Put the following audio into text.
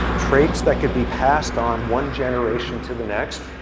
traits that could be passed on one generation to the next.